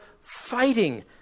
fighting